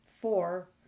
four